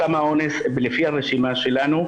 סם האונס לפי הרשימה שלנו,